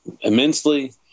immensely